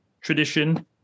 tradition